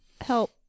Help